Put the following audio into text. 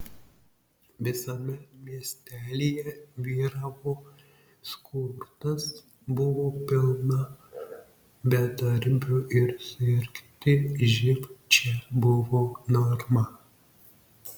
visame miestelyje vyravo skurdas buvo pilna bedarbių ir sirgti živ čia buvo norma